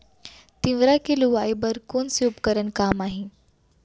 तिंवरा के लुआई बर कोन से उपकरण काम आही?